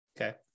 Okay